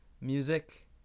music